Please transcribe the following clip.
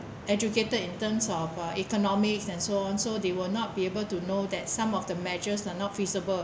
educated in terms of uh economics and so on so they will not be able to know that some of the measures are not feasible